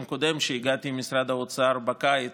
קודם שהגעתי אליו עם משרד האוצר בקיץ,